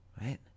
right